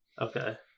Okay